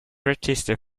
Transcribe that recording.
register